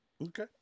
Okay